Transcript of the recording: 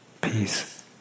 Peace